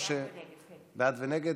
בעד ונגד?